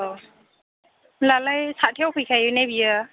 औ होनब्लालाय साथथायाव फैखायो ना बेयो